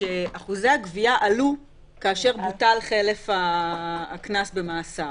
שאחוזי הגבייה עלו כאשר בוטל חלף הקנס במאסר.